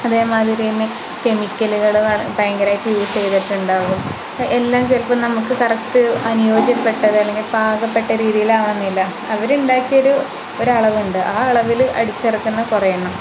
അതേമാതിരി തന്നെ കെമിക്കലുകൾ ഭയങ്കരമായിട്ട് യൂസ് ചെയ്തിട്ടുണ്ടാകും എല്ലാം ചിലപ്പം നമുക്ക് കറക്റ്റ് അനുയോജ്യപ്പെട്ടത് അല്ലെങ്കിൽ പാകപെട്ട രീതിയിൽ ആകണമെന്നില്ല അവർ ഉണ്ടാക്കിയ ഒരു അളവുണ്ട് ആ അളവിൽ അടിച്ചിറക്കുന്ന കുറേയെണ്ണം